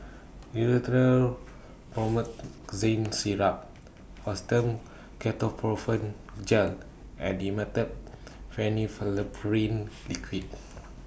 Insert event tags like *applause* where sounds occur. Rhinathiol *noise* Promethazine Syrup Fastum Ketoprofen Gel and Dimetapp Phenylephrine *noise* Liquid